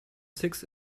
six